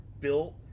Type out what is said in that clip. built